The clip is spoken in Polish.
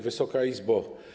Wysoka Izbo!